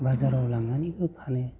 बाजाराव लांनानैबो फानो